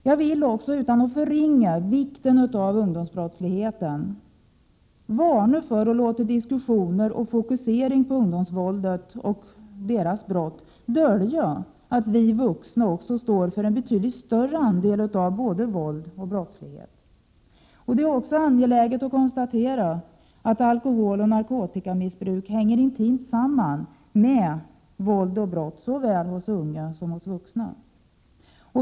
Jag vill också utan att förringa vikten av ungdomsbrottsligheten varna för att låta diskussionerna om och fokuseringen på ungdomsvåldet och ungdomsbrotten dölja att vi vuxna står för en betydligt större del av både våld och brottslighet. Det är också angeläget att konstatera att alkoholoch narkotikamissbruk hänger intimt samman med våld och brott såväl hos unga som hos vuxna.